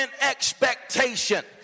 expectation